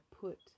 put